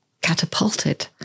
catapulted